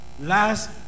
last